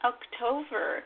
October